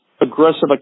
aggressive